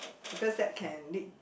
because that can lead